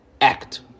act